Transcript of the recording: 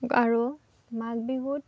আৰু মাঘ বিহুত